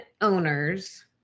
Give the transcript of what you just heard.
owners